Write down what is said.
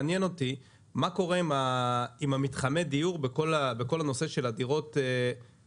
מעניין אותי לדעת מה קורה עם מתחמי הדיור בכל הדירות שהורחבו,